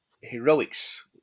heroics